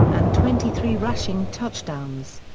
and twenty three rushing touchdowns.